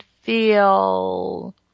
feel